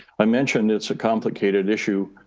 i mentioned it's a complicated issue,